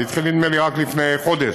זה התחיל, נדמה לי, רק לפני חודש